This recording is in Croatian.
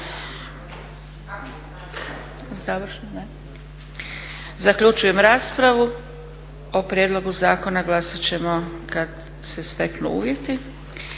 (SDP)** Zaključujem raspravu. O prijedlogu zakona glasat ćemo kada se steknu uvjeti.